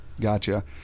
gotcha